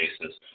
basis